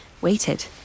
waited